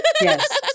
Yes